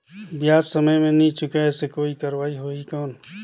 ब्याज समय मे नी चुकाय से कोई कार्रवाही होही कौन?